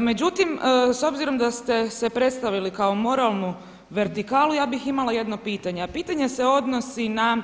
Međutim, s obzirom da ste se predstavili kao moralnu vertikalu, ja bih imala jedno pitanje, a pitanje se odnosi na